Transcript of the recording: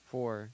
Four